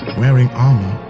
wearing armour,